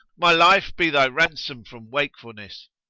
my life be thy ransom from wakefulness!